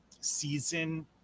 season